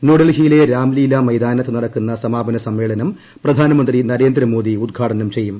ന്യൂഡൽഹിയിലെ രാംലീല മൈതാനത്ത് നടക്കുന്ന സമാപന സമ്മേളനം പ്രധാനമന്ത്രി നരേന്ദ്രമോദി ഉദ്ഘാടനം ചെയ്യും